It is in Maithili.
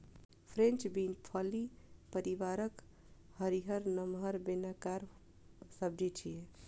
फ्रेंच बीन फली परिवारक हरियर, नमहर, बेलनाकार सब्जी छियै